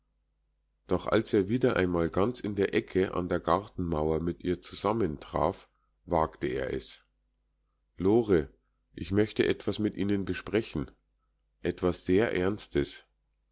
doch als er wieder einmal ganz in der ecke an der gartenmauer mit ihr zusammentraf wagte er es lore ich möchte etwas mit ihnen besprechen etwas sehr ernstes